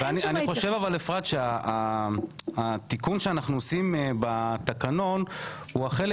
התיקון שאנחנו עושים בתקנון הוא החלק